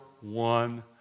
one